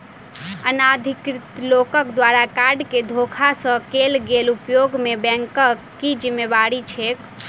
अनाधिकृत लोकक द्वारा कार्ड केँ धोखा सँ कैल गेल उपयोग मे बैंकक की जिम्मेवारी छैक?